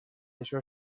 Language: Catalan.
això